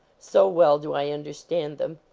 so well do i un derstand them.